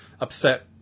upset